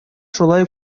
шулай